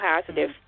positive